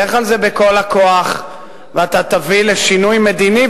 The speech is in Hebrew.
לך על זה בכל הכוח ואתה תביא לשינוי מדיני,